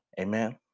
amen